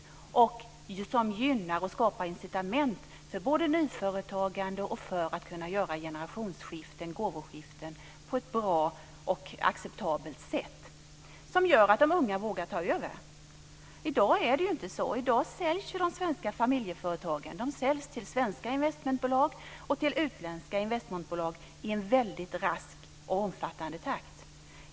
Det ska vara ett regelverk som gynnar och skapar incitament för nyföretagande. Man ska kunna göra generationsskiften och gåvoskiften på ett bra och acceptabelt sätt som gör att de unga vågar ta över. I dag är det inte så. I dag säljs de svenska familjeföretagen till svenska investmentbolag och till utländska investmentbolag i en väldigt rask takt.